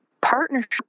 partnership